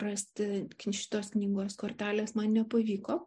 rasti šitos knygos kortelės man nepavyko